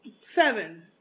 Seven